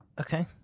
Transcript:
Okay